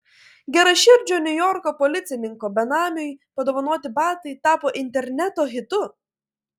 geraširdžio niujorko policininko benamiui padovanoti batai tapo interneto hitu